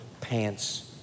pants